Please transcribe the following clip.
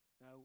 now